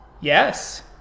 Yes